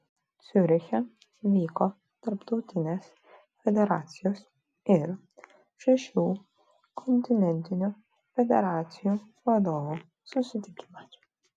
ciuriche vyko tarptautinės federacijos ir šešių kontinentinių federacijų vadovų susitikimas